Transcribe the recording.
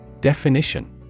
Definition